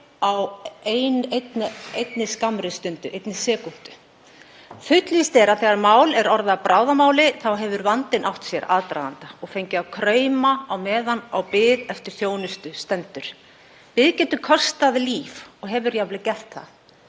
á skammri stundu, einni sekúndu. Fullvíst er að þegar mál er orðið að bráðamáli hefur vandinn átt sér aðdraganda og fengið að krauma á meðan bið eftir þjónustu stendur. Bið getur kostað líf og hefur jafnvel gert það.